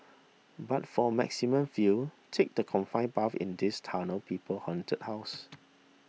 but for maximum feels take the confined path in this Tunnel People Haunted House